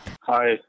Hi